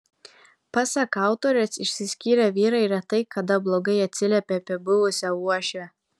pasak autorės išsiskyrę vyrai retai kada blogai atsiliepia apie buvusią uošvę